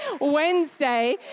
Wednesday